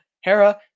hera